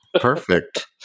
Perfect